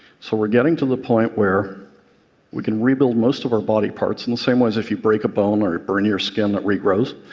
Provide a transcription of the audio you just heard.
so we're getting to the point where we can rebuild most of our body parts, in the same way as if you break a bone or burn your skin, it regrows.